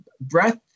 breath